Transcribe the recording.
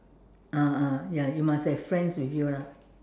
ah ah ya you must have friends with you lah